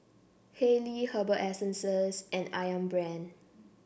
Haylee Herbal Essences and ayam Brand